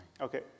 Okay